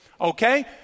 Okay